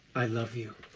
i love you.